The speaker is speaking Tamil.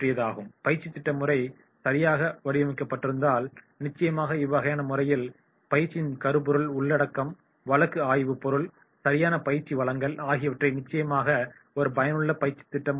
பயிற்சித் திட்டமுறை சரியாக வடிவமைக்கப்பட்டிருந்தால் நிச்சயமாக இவ்வகையான முறையில் பயிற்சியின் கரு பொருள் உள்ளடக்கம் வழக்கு ஆய்வு பொருள் சரியான பயிற்சி வழங்கல் ஆகியவை நிச்சயமாக ஒரு பயனுள்ள பயிற்சித் திட்டமுறையாக இருக்கும்